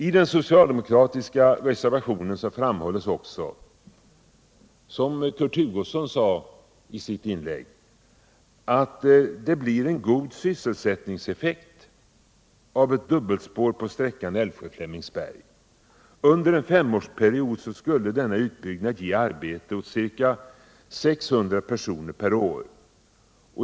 I den socialdemokratiska reservationen framhålls också, som Kurt Hugosson sade i sitt inlägg, att det blir en god sysselsättningseffekt av ett dubbelspår på sträckan Älvsjö-Flemingsberg. Under en femårsperiod skulle denna utbyggnad ge arbete åt ca 600 pesoner per år.